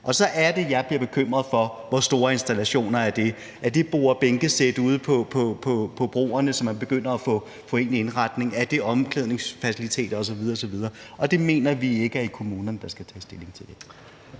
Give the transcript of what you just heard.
og så er det, jeg bliver bekymret for, hvor store installationer det er. Er det borde og bænke-sæt ude på broerne, som man begynder at få ind i indretningen? Er det omklædningsfaciliteter osv. osv.? Og det mener vi ikke er kommunerne der skal tage stilling til.